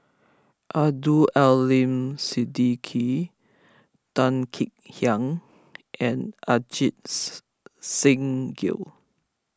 Abdul Aleem Siddique Tan Kek Hiang and Ajits Singh Gill